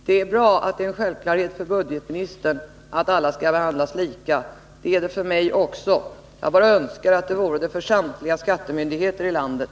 Herr talman! Det är bra att det är en självklarhet för budgetministern att alla skall behandlas lika. Det gäller för mig också. Jag önskar bara att det vore en självklarhet för samtliga skattemyndigheter i landet.